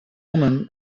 woman